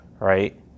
right